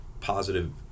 positive